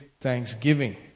thanksgiving